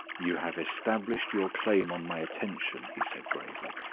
you have established your claim on my attention, he said, gravely.